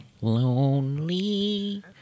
Lonely